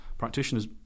Practitioners